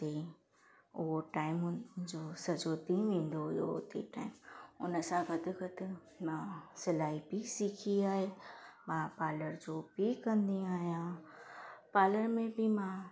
उते उहो टाइम मुंहिंजो सॼो ॾींहुं वेंदो हुओ उते टाइम हुन सां गॾु गॾु मां सिलाई बि सिखी आहे मां पालर जो बि कंदी आहियां पालर में बि मां